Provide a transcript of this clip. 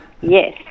Yes